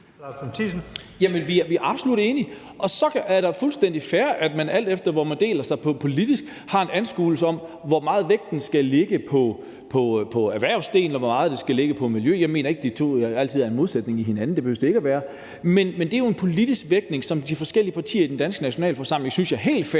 så er det fuldstændig fair, at man, alt efter hvordan man deler sig politisk, har en anskuelse om, hvor meget af vægten der skal lægges på erhvervsdelen, og hvor meget der skal lægges på miljøet. Jeg mener ikke, at de to ting altid er modsætninger til hinanden; det behøver de ikke at være. Men det er jo en politisk vægtning, som de forskellige partier i den danske nationalforsamling kan lægge, og det synes jeg er helt fair.